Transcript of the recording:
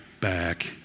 back